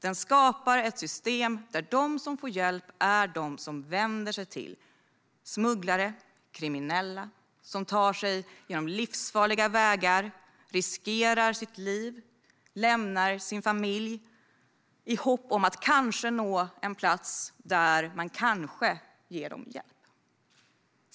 Den skapar ett system där de som får hjälp är de som vänder sig till smugglare, kriminella, och som tar sig hit på livsfarliga vägar och riskerar sitt liv och lämnar sin familj i hopp om att kanske nå en plats där man eventuellt ger dem hjälp.